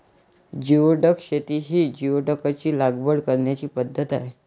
geoduck शेती ही जिओडॅकची लागवड करण्याची पद्धत आहे